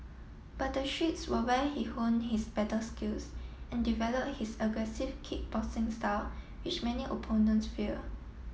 but the streets were where he honed his battle skills and develop his aggressive kick boxing style which many opponents fear